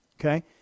Okay